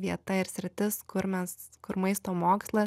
vieta ir sritis kur mes kur maisto mokslas